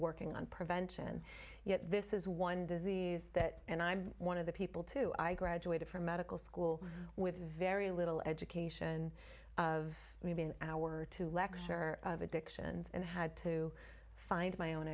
working on prevention yet this is one disease that and i'm one of the people too i graduated from medical school with very little education of maybe an hour or two lecture of addictions and had to find my own